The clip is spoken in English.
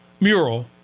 Mural